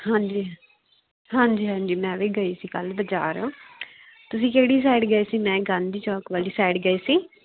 ਹਾਂਜੀ ਹਾਂਜੀ ਹਾਂਜੀ ਮੈਂ ਵੀ ਗਈ ਸੀ ਕੱਲ੍ਹ ਬਾਜ਼ਾਰ ਤੁਸੀਂ ਕਿਹੜੀ ਸਾਈਡ ਗਏ ਸੀ ਮੈਂ ਗਾਂਧੀ ਚੌਂਕ ਵਾਲੀ ਸਾਈਡ ਗਈ ਸੀ